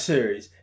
Series